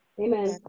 Amen